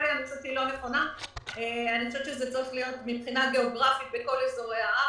אני חושבת שזה צריך להיות מבחינה גיאוגרפית בכל אזורי הארץ,